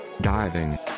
Diving